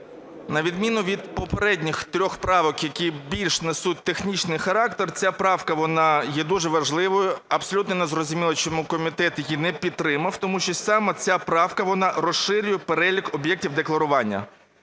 На відміну від попередніх трьох правок, які більш несуть технічний характер, ця правка, вона є дуже важливою. Абсолютно незрозуміло, чому комітет її не підтримав, тому що саме ця правка, вона розширює перелік об'єктів декларування.